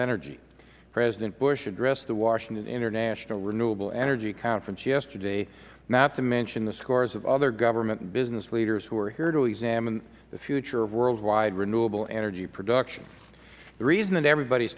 energy president bush addressed the washington international renewable energy conference yesterday not to mention the scores of other government and business leaders who were here to examine the future of worldwide renewable energy production the reason that everybody's